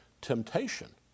temptation